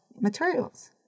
materials